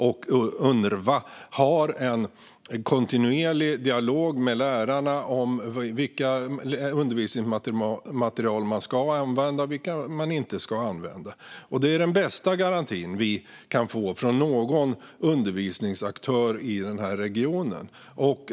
Unrwa har också en kontinuerlig dialog med lärarna om vilket undervisningsmaterial man ska använda och vilket man inte ska använda. Det är den bästa garanti vi kan få från någon undervisningsaktör i den här regionen.